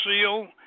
seal